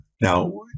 now